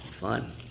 fun